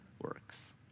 works